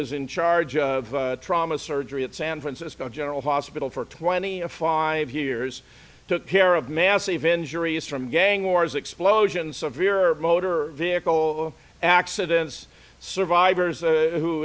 is in charge of trauma surgery at san francisco general hospital for twenty five years took care of massive injuries from gang wars explosions severe motor vehicle accidents survivors